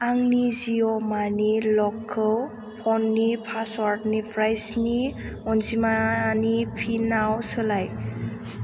आंनि जिय' मानि लकखौ फननि पासवार्डनिफ्राय स्नि अनजिमानि पिनाव सोलाय